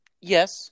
yes